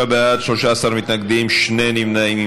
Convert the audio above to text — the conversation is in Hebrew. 33 בעד, 13 מתנגדים, שני נמנעים.